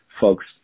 folks